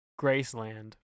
Graceland